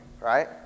right